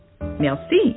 Merci